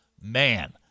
Man